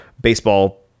baseball